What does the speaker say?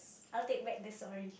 I will take back the story